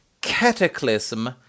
Cataclysm